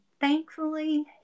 Thankfully